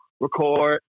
record